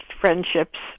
friendships